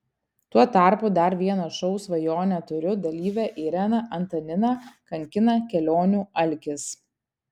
tuo tarpu dar vieną šou svajonę turiu dalyvę ireną antaniną kankina kelionių alkis